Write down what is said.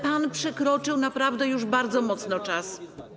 Pan przekroczył naprawdę już bardzo mocno czas.